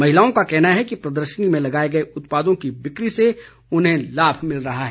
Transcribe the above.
महिलाओं का कहना है कि प्रदर्शनी में लगाए गए उत्पादों की बिक्री से उन्हें लाभ मिल रहा है